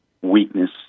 weakness